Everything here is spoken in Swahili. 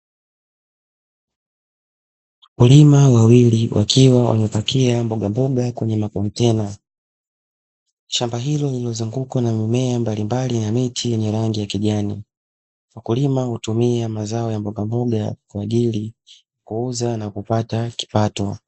Wakulima wawili wakiwa wamepakia mbogamboga kwenye makontena shamba hilo lililozungukwa na mimea mbalimbali na miti yenye rangi ya kijani. Mkulima hutumia mazao ya mbogamboga kwa ajili kuuza na kupata kipato.